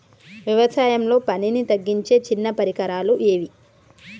వ్యవసాయంలో పనిని తగ్గించే చిన్న పరికరాలు ఏవి?